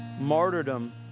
Martyrdom